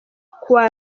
kuwa